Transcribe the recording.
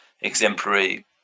exemplary